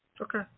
Okay